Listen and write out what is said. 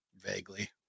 Vaguely